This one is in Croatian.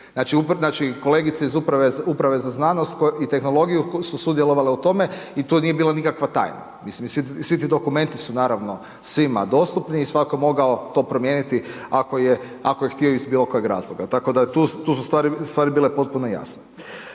Znači kolegice iz Uprave za znanost i tehnologiju su sudjelovale u tome i tu nije bila nikakva tajna. Mislim i svi ti dokumenti su naravno svima dostupni i svatko je mogao to promijeniti ako je htio iz bilo kojeg razloga, tako da tu su stvari bile potpuno jasne.